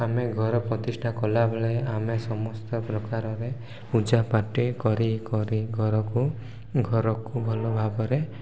ଆମେ ଘର ପ୍ରତିଷ୍ଠା କଲାବେଳେ ଆମେ ସମସ୍ତ ପ୍ରକାରରେ ପୂଜାପାଠ କରି ଘରକୁ ଭଲ ଭାବରେ